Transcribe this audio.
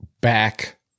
back